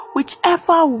Whichever